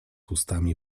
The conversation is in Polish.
ustami